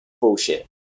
bullshit